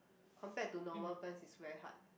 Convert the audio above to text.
compared to normal plants it's very hard